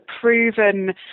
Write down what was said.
proven